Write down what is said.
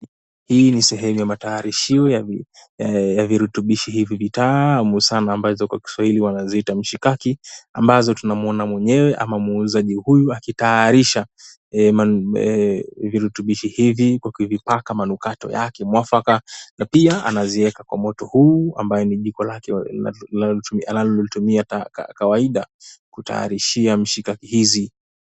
Hii ni sehemu ya matayarisho ya virutubishi hivi vitamu sana ambazo kwa Kiswahili wanaziita mshikaki ambazo tunamuona mwenyewe ama muuzaji huyu akitayarisha virutubishi hivi kwa kuvipaka manukato yake mwafaka na pia anaziweka kwa moto huu ambayo ni jiko lake analolitumia kawaida kutayarishia mshikaki hizi.